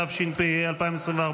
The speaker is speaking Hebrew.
התשפ"ה 2024,